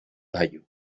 tallo